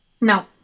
No